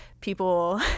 people